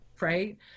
right